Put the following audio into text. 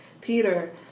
Peter